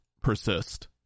persist